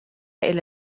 إلى